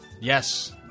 Yes